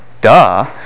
Duh